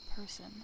person